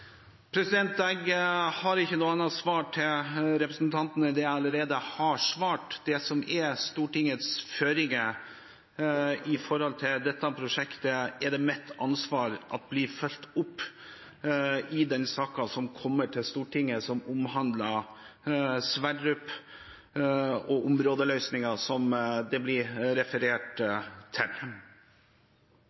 har ikke noe annet svar til representanten enn det jeg allerede har sagt. Det er mitt ansvar at Stortingets føringer når det gjelder dette prosjektet, blir fulgt opp i den saken som kommer til Stortinget som omhandler Johan Sverdrup og områdeløsningen som det blir referert til.